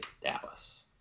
Dallas